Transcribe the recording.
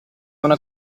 una